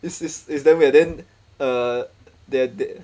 this is is dumb eh then uh they they